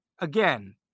again